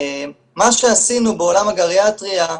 מה שעשינו בעולם הגריאטריה,